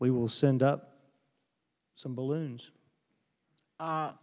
we will send up some balloons